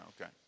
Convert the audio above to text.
okay